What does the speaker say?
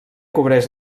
cobreix